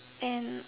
and